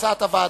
כהצעת הוועדה.